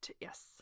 Yes